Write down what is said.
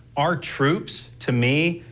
our troops to me,